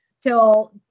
till